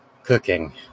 cooking